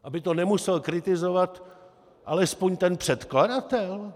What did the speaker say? Aby to nemusel kritizovat alespoň ten předkladatel?